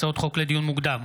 הצעות חוק לדיון מוקדם,